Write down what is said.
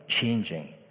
changing